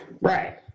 Right